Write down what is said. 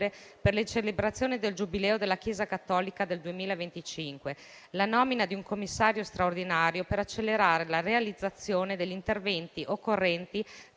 per le celebrazioni del Giubileo della Chiesa cattolica del 2025; la nomina di un Commissario straordinario per accelerare la realizzazione degli interventi occorrenti